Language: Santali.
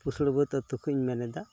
ᱯᱩᱥᱲᱟᱹᱵᱟᱹᱫ ᱟᱹᱛᱩ ᱠᱷᱚᱱ ᱤᱧ ᱢᱮᱱ ᱮᱫᱟ